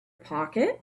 pocket